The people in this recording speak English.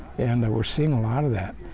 and they were seeing a lot of that.